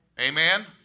Amen